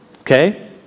Okay